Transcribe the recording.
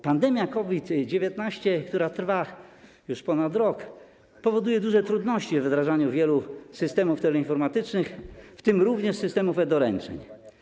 Pandemia COVID-19, która trwa już ponad rok, powoduje duże trudności we wdrażaniu wielu systemów teleinformatycznych, w tym również systemu e-doręczeń.